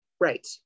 right